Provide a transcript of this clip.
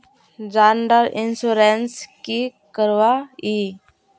जान डार इंश्योरेंस की करवा ई?